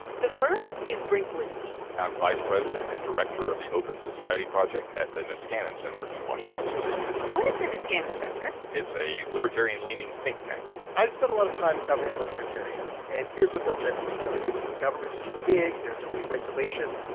the first is brink lindsey i'm vice president and director of the open society project at the niskanen center in washington, d c what is the niskanen center? it's a libertarian-leaning think tank i've spent a lot of time covering the libertarians, and here's what they'll generally tell you. government's too big. there are too many regulations.